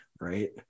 Right